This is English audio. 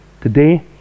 today